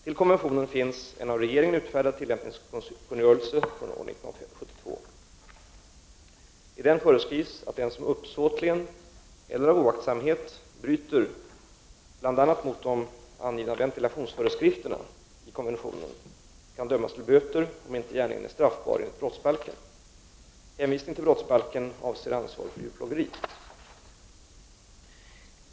Till konventionen finns en av regeringen utfärdad tillämpningskungörelse från år 1972. I den föreskrivs att den som uppsåtligen eller av oaktsamhet bryter mot bl.a. de angivna ventilationsföreskrifterna i konventionen kan dömas till böter, om inte gärningen är straffbar enligt brottsbalken. Hänvisningen till brottsbalken avser ansvar för djurplågeri.